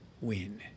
win